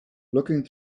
looking